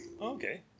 okay